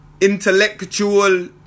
intellectual